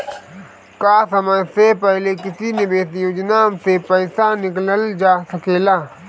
का समय से पहले किसी निवेश योजना से र्पइसा निकालल जा सकेला?